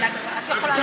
את יכולה לרדת.